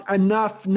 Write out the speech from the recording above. enough